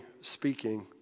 speaking